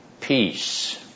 peace